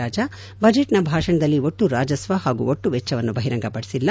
ರಾಜಾ ಬಜೆಟ್ನ ಭಾಷಣದಲ್ಲಿ ಒಟ್ಟು ರಾಜಸ್ವ ಹಾಗೂ ಒಟ್ಟು ವೆಚ್ಚವನ್ನು ಬಹಿರಂಗಪಡಿಸಿಲ್ಲ